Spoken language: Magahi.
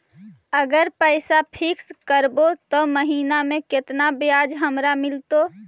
अगर पैसा फिक्स करबै त महिना मे केतना ब्याज हमरा मिलतै?